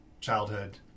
childhood